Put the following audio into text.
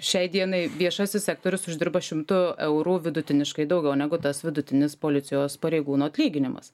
šiai dienai viešasis sektorius uždirba šimtu eurų vidutiniškai daugiau negu tas vidutinis policijos pareigūno atlyginimas